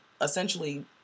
essentially